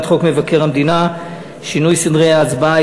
חוק מבקר המדינה (שינוי סדרי ההצבעה),